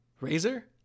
Razor